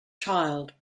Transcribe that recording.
child